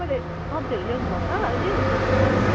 तपाईँले सब्जीहरू ल्याउनुभएको छ अहिले दोकानमा